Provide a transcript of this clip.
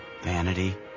Vanity